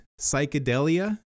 psychedelia